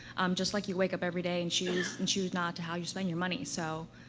um, just like you wake up every day and choose and choose not to how you spend your money. so,